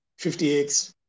50X